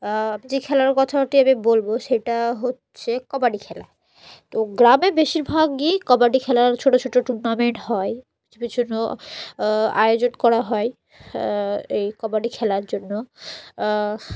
যে খেলার কথাটি আমি বলবো সেটা হচ্ছে কবাডি খেলা তো গ্রামে বেশিরভাগই কবাডি খেলার ছোটো ছোটো টুর্নামেন্ট হয় ছোটো ছোটো আয়োজন করা হয় এই কবাডি খেলার জন্য